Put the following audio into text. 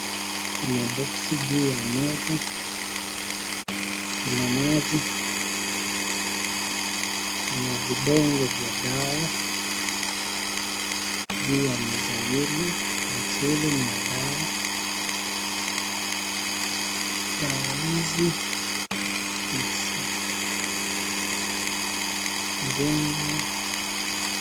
Kuna boksi juu ya meza kuna maji kuna vidonge vya dawa juu ya meza hilo, boksi hili ni la dawa dawa hizi niza mgonjwa.